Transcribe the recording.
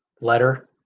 letter